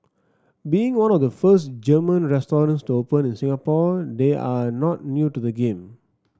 being one of the first German restaurant to open in Singapore they are not new to the game